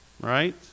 right